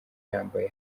yambaye